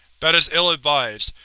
that is ill-advised.